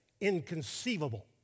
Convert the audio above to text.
inconceivable